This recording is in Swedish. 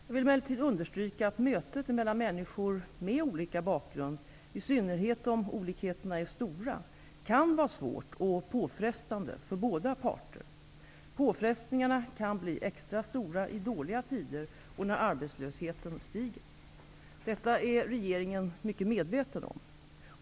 Jag vill emellertid understryka att mötet mellan människor med olika bakgrund -- i synnerhet om olikheterna är stora -- kan vara svårt och påfrestande för båda parter. Påfrestningarna kan bli extra stora i dåliga tider och när arbetslösheten stiger. Detta är regeringen mycket medveten om.